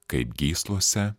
kaip gyslose